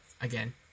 again